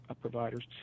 providers